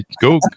Go